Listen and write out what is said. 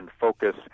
focus